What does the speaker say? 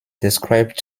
described